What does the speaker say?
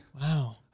Wow